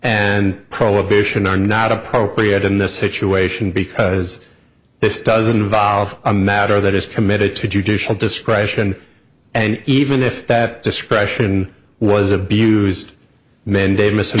and prohibition are not appropriate in this situation because this doesn't involve a matter that is committed to judicial discretion and even if that discretion was abused mend